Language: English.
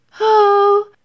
Oh